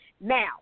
Now